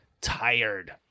tired